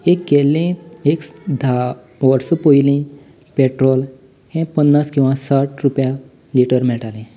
एक गेल्ले एक धा वर्सां पयलीं पेट्रोल हें पन्नास किंवा साठ रुपया लीटर मेळटालें